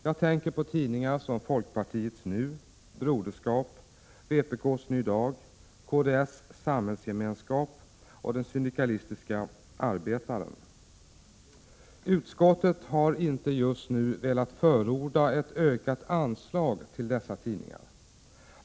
Jag tänker på tidningar som folkpartiets NU, Broderskap, vpk:s Ny Dag, kds:s Samhällsgemenskap och den syndikalistiska Arbetaren. Utskottet har inte just nu velat förorda ett ökat anslag till dessa tidningar.